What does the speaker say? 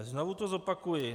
Znovu to zopakuji.